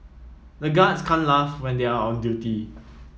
the guards can't laugh when they are on duty